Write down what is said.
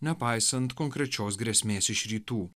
nepaisant konkrečios grėsmės iš rytų